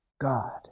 God